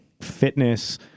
fitness